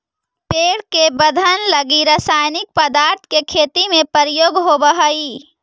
पेड़ के वर्धन लगी रसायनिक पदार्थ के खेती में प्रयोग होवऽ हई